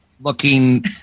looking